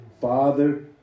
Father